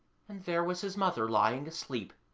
and there was his mother lying asleep.